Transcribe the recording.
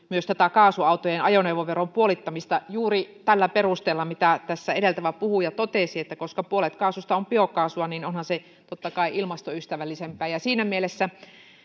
esittäneet myös kaasuautojen ajoneuvoveron puolittamista juuri tällä perusteella mitä tässä edeltävä puhuja totesi koska puolet kaasusta on biokaasua niin onhan se totta kai ilmastoystävällisempää siinä mielessä